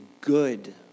good